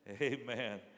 Amen